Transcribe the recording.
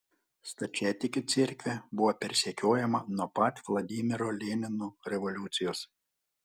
stačiatikių cerkvė buvo persekiojama nuo pat vladimiro lenino revoliucijos